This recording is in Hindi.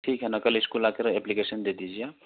ठीक है न कल इस्कूल आकर अप्लीकेशन दे दीजिए आप